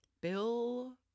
Bill